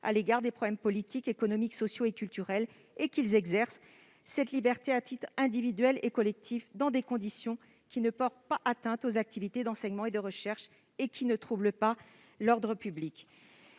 sur les problèmes politiques, économiques, sociaux et culturels, et qu'ils exercent cette liberté à titre individuel et collectif, dans des conditions qui ne portent pas atteinte aux activités d'enseignement et de recherche et qui ne troublent pas l'ordre public.